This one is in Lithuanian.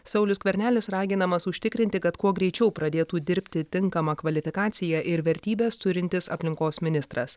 saulius skvernelis raginamas užtikrinti kad kuo greičiau pradėtų dirbti tinkamą kvalifikaciją ir vertybes turintis aplinkos ministras